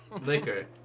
liquor